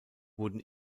wurden